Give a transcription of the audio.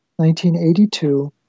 1982